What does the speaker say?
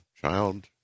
child